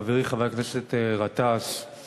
חברי חבר הכנסת גטאס,